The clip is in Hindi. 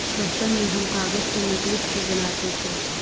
बचपन में हम कागज से नकली फूल बनाते थे